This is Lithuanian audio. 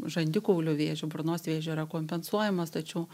žandikaulių vėžiu burnos vėžiu yra kompensuojamos tačiau